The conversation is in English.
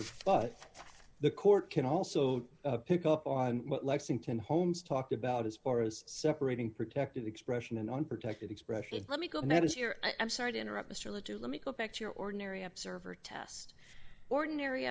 of but the court can also pick up on what lexington holmes talked about as far as separating protected expression and on protected expression let me go now does your i'm sorry to interrupt mr le to let me go back to your ordinary observer test ordinary